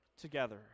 together